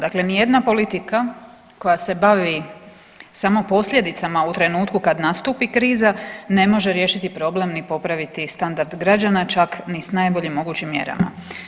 Dakle, ni jedna politika koja se bavi samo posljedicama u trenutku kad nastupi kriza ne može riješiti problem, ni popraviti standard građana čak ni sa najboljim mogućim mjerama.